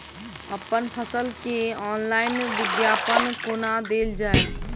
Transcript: अप्पन फसल केँ ऑनलाइन विज्ञापन कोना देल जाए?